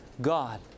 God